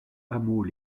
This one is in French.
hameaux